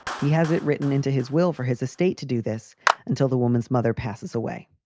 he has it written into his will for his estate to do this until the woman's mother passes away.